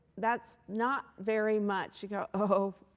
that's not very much. you go oh,